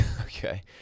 Okay